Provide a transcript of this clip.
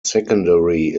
secondary